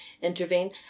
intervene